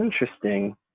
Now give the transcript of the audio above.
interesting